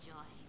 Joy